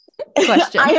question